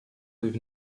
with